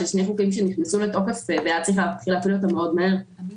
שהם שני חוקים שנכנסו לתוקף והיה צריך להתחיל להפעיל אותם מהר מאוד,